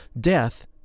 Death